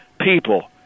people